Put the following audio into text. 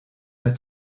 made